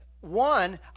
one